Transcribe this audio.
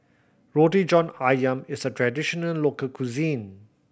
Roti John Ayam is a traditional local cuisine